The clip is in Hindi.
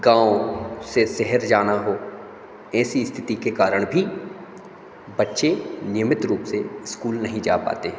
गाँव से शहर जाना हो ऐसी स्थिति के कारण भी बच्चे नियमित रूप से इस्कूल नहीं जा पाते हैं